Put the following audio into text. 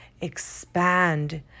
expand